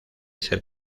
ser